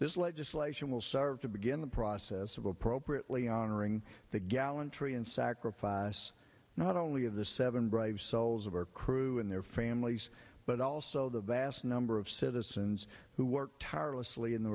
this legislation will serve to begin the process of appropriately honoring the gallantry and sacrifice not only of the seven brave souls of our crew and their families but also the vast number of citizens who worked tirelessly in the